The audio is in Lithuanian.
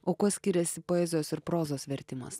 o kuo skiriasi poezijos ir prozos vertimas